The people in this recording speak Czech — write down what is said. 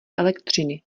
elektřiny